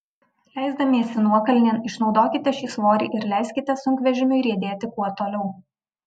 leisdamiesi nuokalnėn išnaudokite šį svorį ir leiskite sunkvežimiui riedėti kuo toliau